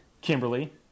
Kimberly